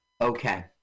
Okay